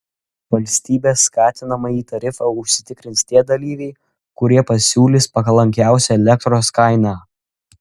valstybės skatinamąjį tarifą užsitikrins tie dalyviai kurie pasiūlys palankiausią elektros kainą